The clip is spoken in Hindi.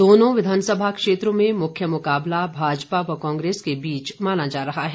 दोनों विधानसभा क्षेत्रों में मुख्य मुकाबला भाजपा व कांग्रेस के बीच माना जा रहा है